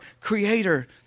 Creator